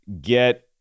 get